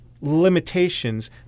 limitations